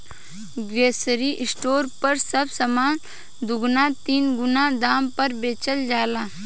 grocery store पर सब सामान दुगुना तीन गुना दाम पर बेचल जाला